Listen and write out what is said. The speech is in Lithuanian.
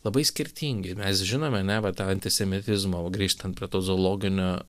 labai skirtingi mes žinome ane va tą antisemitizmo grįžtant prie to zoologinio